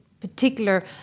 particular